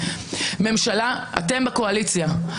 ם ברשות המבצעת שאמונה על כל מוסדות